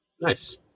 Nice